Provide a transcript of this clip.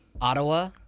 Ottawa